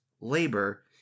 labor